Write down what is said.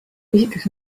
esiteks